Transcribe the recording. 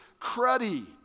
cruddy